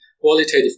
qualitative